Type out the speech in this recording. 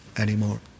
anymore